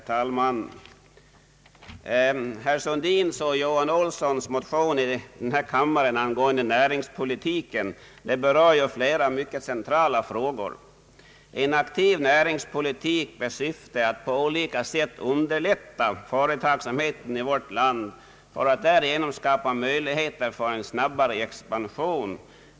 Herr talman! Herr Sundins och herr Johan Olssons motion i denna kammare angående näringspolitiken berör flera mycket centrala frågor. En aktiv näringspolitik syftar till att på olika sätt underlätta företagsverksamheten i vårt land för att därigenom ge möjligheter till en snabbare expansion.